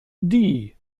die